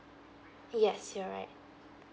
yes you're right